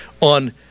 on